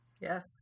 Yes